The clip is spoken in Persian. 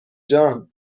جان